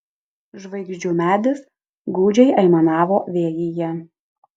žvaigždžių medis gūdžiai aimanavo vėjyje